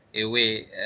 away